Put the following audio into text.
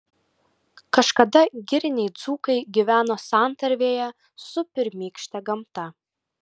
kažkada giriniai dzūkai gyveno santarvėje su pirmykšte gamta